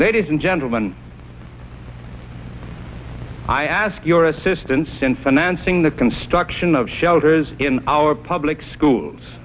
ladies and gentlemen i ask your assistance in financing the construction of shelters in our public schools